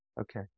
Okay